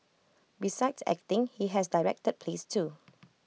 besides acting he has directed plays too